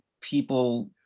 people